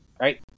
Right